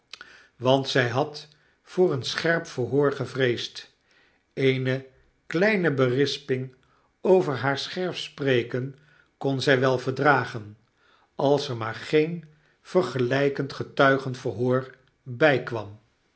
want zij had voor een scherp verhoor gevreesd eene kleine berisping over haar scherp spreken kon zy wel verdragen als er maar geen vergelykend getuigenverhoor bykwam